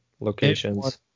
locations